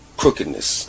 crookedness